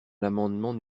l’amendement